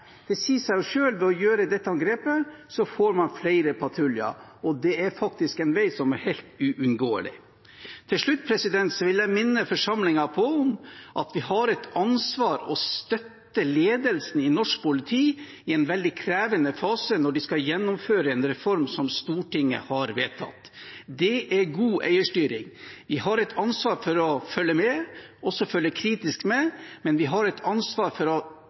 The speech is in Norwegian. det er faktisk en vei som er helt uunngåelig. Til slutt vil jeg minne forsamlingen om at vi har et ansvar for å støtte ledelsen i norsk politi i en veldig krevende fase når de skal gjennomføre en reform som Stortinget har vedtatt. Det er god eierstyring. Vi har et ansvar for å følge med, også for å følge kritisk med, men vi har et ansvar for å